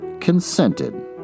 consented